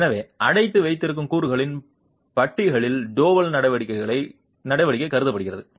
எனவே அடைத்து வைத்திருக்கும் கூறுகளின் பட்டிகளில் டோவல் நடவடிக்கை கருதப்படுகிறது